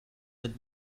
with